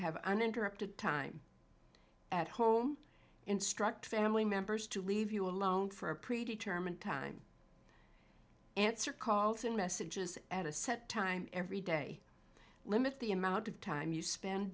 have uninterrupted time at home instruct family members to leave you alone for a predetermined time answer calls and messages at a set time every day limit the amount of time you spend